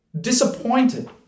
disappointed